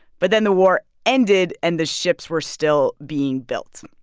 but then the war ended, and the ships were still being built.